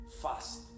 fast